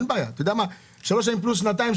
אפילו שלוש שנים פלוס שנתיים,